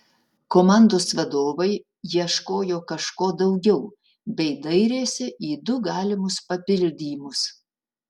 komandos vadovai ieškojo kažko daugiau bei dairėsi į du galimus papildymus